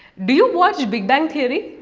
do you watch big bang theory?